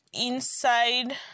inside